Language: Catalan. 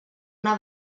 una